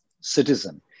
citizen